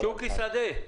שוקי שדה,